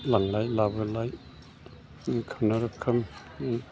लांलाय लाबोलाय खुनुरुखुम